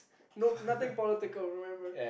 nope nothing political remember